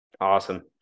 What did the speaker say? Awesome